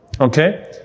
okay